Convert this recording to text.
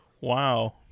wow